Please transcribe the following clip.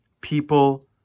people